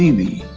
any